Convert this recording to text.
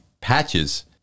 patches